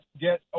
get